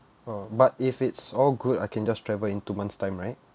!wah! but if it's all good I can just travel in two months time right